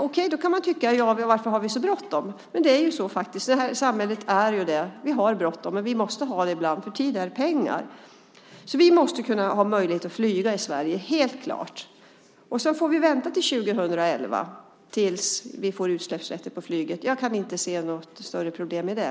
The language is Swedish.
Okej, då kan man tycka: Ja, men varför har vi så bråttom? Men det är ju faktiskt så i det här samhället. Vi har bråttom, och vi måste ha det ibland, för tid är pengar. Vi måste helt klart ha möjlighet att flyga i Sverige, och så får vi vänta till 2011, tills vi får utsläppsrätter för flyget. Jag kan inte se några större problem med det.